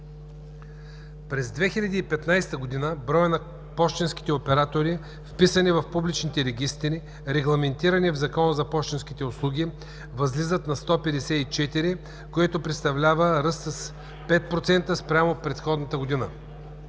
През 2015 г. броят на пощенските оператори, вписани в публичните регистри, регламентирани в Закона за пощенските услуги, възлиза на 154, което представлява ръст от 5% спрямо предходната година.